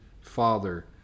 father